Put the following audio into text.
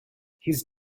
his